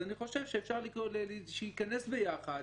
אני חושב שאפשר שייכנס ביחד.